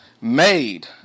made